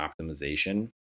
optimization